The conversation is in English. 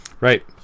Right